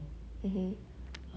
mmhmm